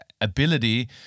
ability